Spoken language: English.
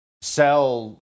sell